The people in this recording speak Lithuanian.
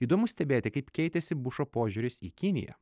įdomu stebėti kaip keitėsi bušo požiūris į kiniją